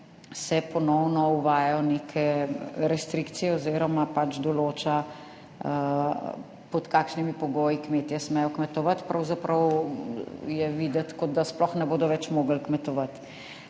ponovno uvajajo neke restrikcije oziroma pač določa, pod kakšnimi pogoji smejo kmetje kmetovati, pravzaprav je videti, kot da sploh ne bodo mogli več kmetovati.